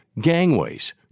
gangways